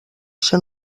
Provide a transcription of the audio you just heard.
ser